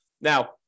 Now